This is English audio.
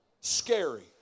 Scary